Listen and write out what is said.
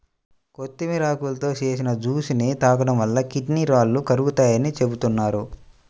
కొత్తిమీర ఆకులతో చేసిన జ్యూస్ ని తాగడం వలన కిడ్నీ రాళ్లు కరుగుతాయని చెబుతున్నారు